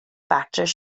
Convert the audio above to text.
factors